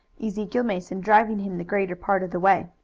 ezekiel mason driving him the greater part of the way.